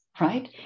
right